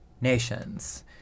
Nations